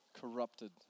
corrupted